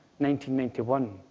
1991